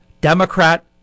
Democrat